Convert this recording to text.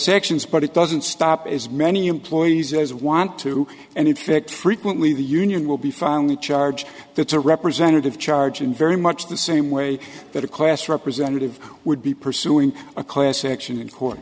actions but it doesn't stop as many employees as want to and in fact frequently the union will be found a charge that's a representative charge in very much the same way that a class representative would be pursuing a class action in court